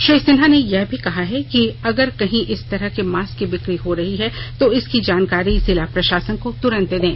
श्री सिन्हा ने यह भी कहा है कि अगर कहीं इस तरह के मास्क की बिकी हो रही है तो इसकी जानकारी जिला प्रशासन को तुरंत दें